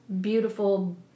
beautiful